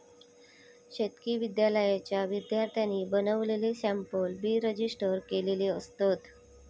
शेतकी विद्यालयाच्या विद्यार्थ्यांनी बनवलेले सॅम्पल बी रजिस्टर केलेले असतत